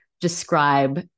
describe